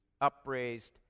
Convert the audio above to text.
upraised